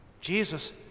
Jesus